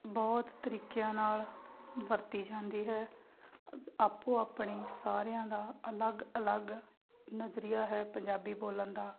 ਬਹੁਤ ਤਰੀਕਿਆਂ ਨਾਲ ਵਰਤੀ ਜਾਂਦੀ ਹੈ ਆਪੋ ਆਪਣੇ ਸਾਰਿਆਂ ਦਾ ਅਲੱਗ ਅਲੱਗ ਨਜ਼ਰੀਆ ਹੈ ਪੰਜਾਬੀ ਬੋਲਣ ਦਾ